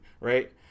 right